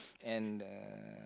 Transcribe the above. and uh